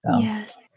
Yes